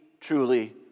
truly